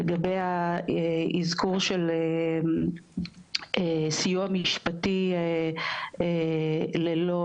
לגבי האזכור של סיוע משפטי ללא